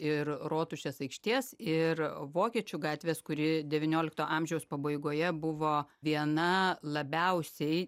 ir rotušės aikštės ir vokiečių gatvės kuri devyniolikto amžiaus pabaigoje buvo viena labiausiai